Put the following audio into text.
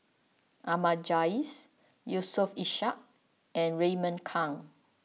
Ahmad Jais Yusof Ishak and Raymond Kang